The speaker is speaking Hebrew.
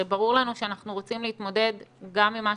הרי ברור לנו שאנחנו רוצים להתמודד גם עם מה